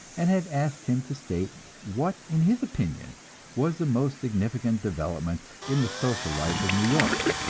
and had asked him to state what in his opinion was the most significant development in the social life of new york.